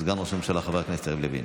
סגן ראש הממשלה חבר הכנסת יריב לוין.